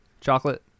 Chocolate